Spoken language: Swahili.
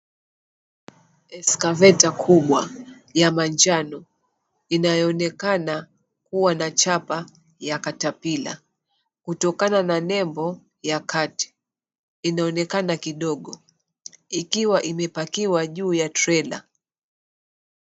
Excavator kubwa ya manjano inayoonekana kuwa ya Caterpillar , kutokana na nembo ya CAT , inaonekana kidogo ikiwa imepakiwa juu ya trela.